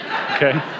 Okay